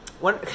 One